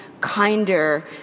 kinder